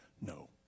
No